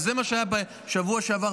וזה מה שהיה בשבוע שעבר,